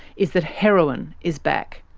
is that heroin is back.